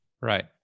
Right